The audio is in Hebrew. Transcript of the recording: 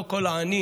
לא לכל עני